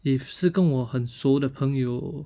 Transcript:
if 是跟我很熟的朋友